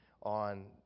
on